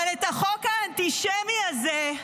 אבל את החוק האנטישמי הזה,